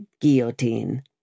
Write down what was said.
Guillotine